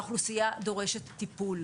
האוכלוסייה דורשת טיפול.